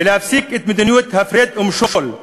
ולהפסיק את מדיניות ההפרד ומשול.